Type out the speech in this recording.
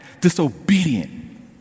disobedient